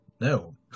No